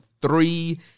three